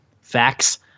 Facts